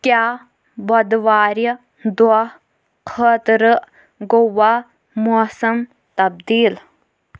کیٛاہ بۄدوارِ دۄہ خٲطرٕ گوٚوا موسم تبدیٖل ؟